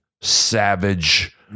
savage